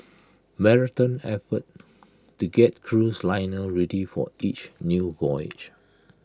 marathon effort to get cruise liner ready for each new voyage